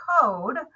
code